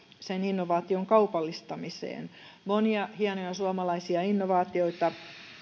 sen innovaation kaupallistamiseen monia hienoja suomalaisia innovaatioita